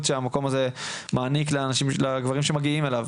שהמקום הזה מעניק לגברים שמגיעים אליו.